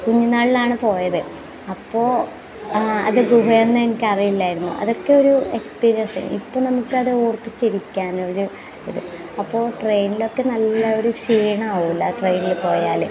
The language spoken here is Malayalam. കുഞ്ഞു നാളിലാണ് പോയത് അപ്പോൾ അത് ഗുഹയാണെന്ന് എനിക്ക് അറിയില്ലായിരുന്നു അതൊക്കെ ഒരു എക്സ്പീരിയൻസ് ഇപ്പം നമുക്ക് അത് ഓർത്ത് ചിരിക്കാനൊരു ഇത് അപ്പോൾ ട്രെയിനിലൊക്കെ നല്ല ഒരു ക്ഷീണം ആവില്ല ട്രൈനിൽ പോയാൽ